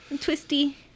Twisty